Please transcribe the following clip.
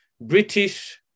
British